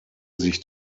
sich